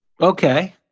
Okay